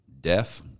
death